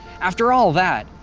after all that,